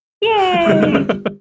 Yay